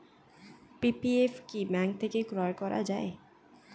PPF কি bank থেকে ক্রয় করা যায়?